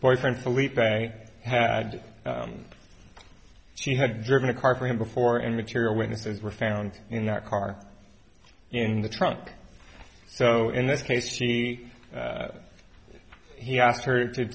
boyfriend philippe had she had driven a car for him before and material witnesses were found in that car in the trunk so in this case she he asked her